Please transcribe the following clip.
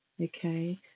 Okay